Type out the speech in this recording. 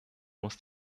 muss